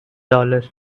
dollar